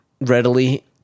readily